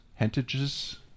Hentages